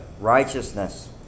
Righteousness